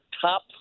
top